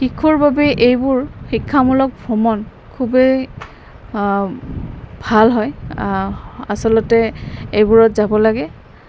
শিশুৰ বাবে এইবোৰ শিক্ষামূলক ভ্ৰমণ খুবেই ভাল হয় আচলতে এইবোৰত যাব লাগে